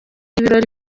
ibirori